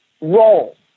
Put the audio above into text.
role